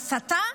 הסתה?